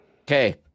Okay